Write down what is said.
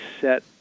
set